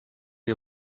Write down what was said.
you